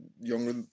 younger